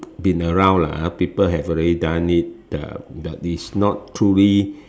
been around lah people have already done it uh but is not truly